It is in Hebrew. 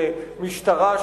המשטרה,